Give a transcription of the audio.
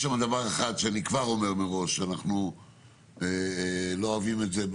יש דבר אחד שאני כבר אומר מראש שאנחנו לא אוהבים את זה,